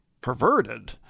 perverted